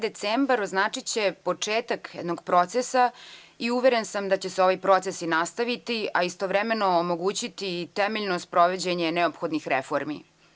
Decembar 14. označiće početak jednog procesa i uveren sam da će se ovi procesi nastaviti, a istovremeno omogućiti temeljno sprovođenje neophodnih reformi.